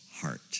heart